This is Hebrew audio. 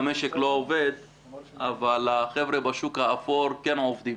המשק לא עובד אבל החבר'ה בשוק האפור כן עובדים,